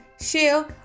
share